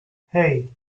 hey